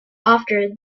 after